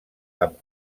amb